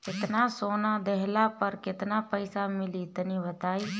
केतना सोना देहला पर केतना पईसा मिली तनि बताई?